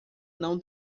não